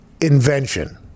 invention